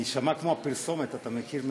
אני אשָמע כמו הפרסומת, אתה מכיר?